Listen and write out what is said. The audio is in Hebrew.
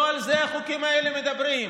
לא על זה החוקים האלה מדברים.